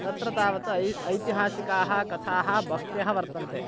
तत्र तावत् ऐ ऐतिहासिकाः कथाः बह्व्यः वर्तन्ते